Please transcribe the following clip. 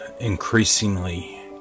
increasingly